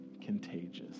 contagious